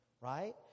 right